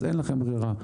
אז אין לכם ברירה,